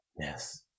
Yes